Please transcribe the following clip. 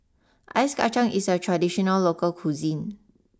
Ice Kacang is a traditional local cuisine